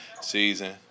season